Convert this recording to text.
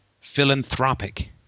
philanthropic